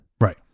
Right